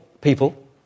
people